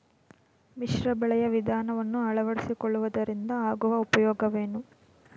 ಮಿಶ್ರ ಬೆಳೆಯ ವಿಧಾನವನ್ನು ಆಳವಡಿಸಿಕೊಳ್ಳುವುದರಿಂದ ಆಗುವ ಉಪಯೋಗವೇನು?